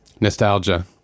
Nostalgia